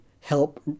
help